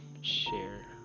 share